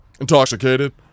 intoxicated